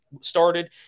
started